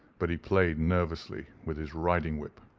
but he played nervously with his riding-whip.